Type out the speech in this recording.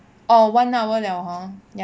orh one hour liao hor